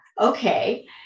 okay